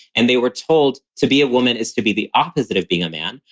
and they were told to be a woman is to be the opposite of being a man.